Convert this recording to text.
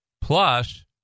Plus